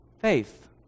faith